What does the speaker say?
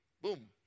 Boom